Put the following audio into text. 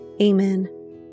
Amen